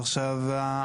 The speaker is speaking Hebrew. עכשיו,